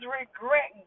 regret